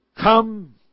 come